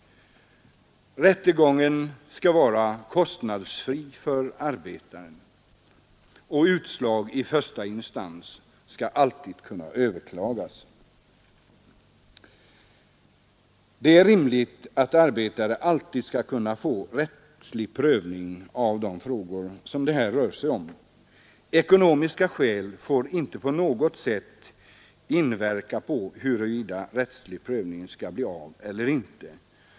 Rättegången skall vara kostnadsfri för arbetaren, och utslag i första instans skall alltid kunna överklagas. Det är rimligt att arbetare alltid skall kunna få rättslig prövning av de frågor som det här rör sig om. Ekonomiska skäl får inte på något sätt inverka på huruvida rättslig prövning skall bli av eller inte.